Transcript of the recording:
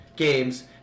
games